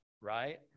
Right